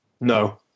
No